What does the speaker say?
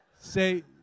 Say